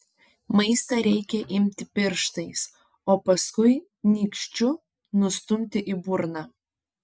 maistą reikia imti pirštais o paskui nykščiu nustumti į burną